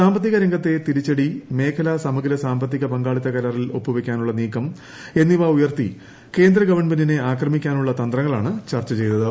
സാമ്പത്തിക രംഗത്തെ തിരിച്ചടി മേഖല സമഗ്ര സാമ്പത്തിക പങ്കാളിത്ത കരാറിൽ ഒപ്പുവയ്ക്കാനുള്ള നീക്കം എന്നിവ ഉയർത്തി കേന്ദ്ര ഗവൺമെന്റിനെ ആക്രമിക്കാനുള്ള തന്ത്രങ്ങളാണ് ചർച്ച ചെയ്തത്